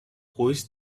hoist